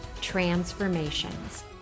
transformations